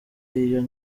iyo